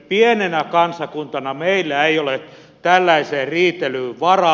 pienenä kansakuntana meillä ei ole tällaiseen riitelyyn varaa